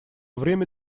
время